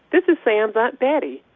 this is sam's aunt betty.